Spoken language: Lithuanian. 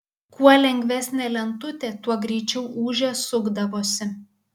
kuo lengvesnė lentutė tuo greičiau ūžė sukdavosi